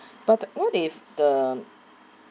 but what if the